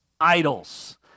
idols